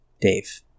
Dave